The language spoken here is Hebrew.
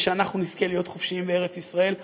שאנחנו נזכה להיות חופשיים בארץ ישראל.